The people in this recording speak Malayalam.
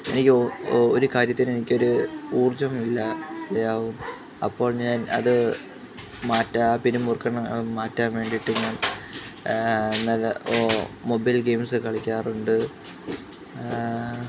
എനിക്കൊ ഒ ഒരു കാര്യത്തിനും എനിക്കൊരു ഊർജം ഇല്ലാതെയാവും അപ്പോൾ ഞാനത് മറ്റേ പിരിമുറുക്കണ് മാറ്റാൻ വേണ്ടീട്ട് ഞാൻ നല്ല മൊബൈൽ ഗെയിംസ്സ കളിക്കാറുണ്ട്